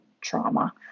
trauma